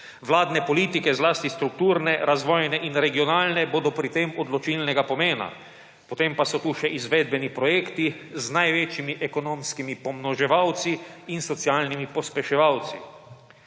Vladne politike zlasti strukturne, razvojne in regionalne, bodo pri tem odločilnega pomena, potem pa so tu še izvedbeni projekti z največjimi ekonomskimi pomnoževalci in socialnimi pospeševalci.